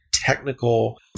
technical